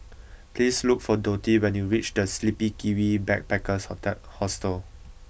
please look for Dottie when you reach The Sleepy Kiwi Backpackers Hotel Hostel